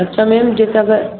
اچھا میم جیسے اگر